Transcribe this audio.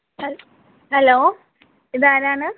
ഹൽ ഹലോ ഇതാരാണ്